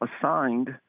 assigned